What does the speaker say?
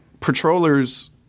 Patrollers